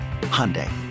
hyundai